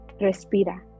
Respira